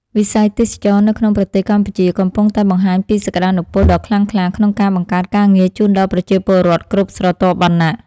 វិស័យទេសចរណ៍នៅក្នុងប្រទេសកម្ពុជាកំពុងតែបង្ហាញពីសក្តានុពលដ៏ខ្លាំងក្លាក្នុងការបង្កើតការងារជូនដល់ប្រជាពលរដ្ឋគ្រប់ស្រទាប់វណ្ណៈ។